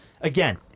Again